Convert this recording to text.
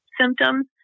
symptoms